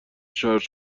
شارژ